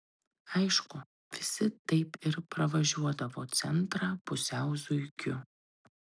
aišku visi taip ir pravažiuodavo centrą pusiau zuikiu